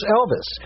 Elvis